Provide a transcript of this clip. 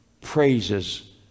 praises